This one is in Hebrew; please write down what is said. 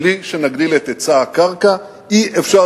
בלי שנגדיל את היצע הקרקע אי-אפשר